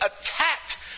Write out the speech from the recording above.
attacked